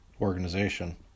organization